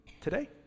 today